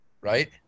right